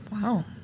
Wow